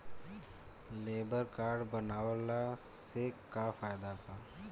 Labour card बनवाला से का फायदा बा?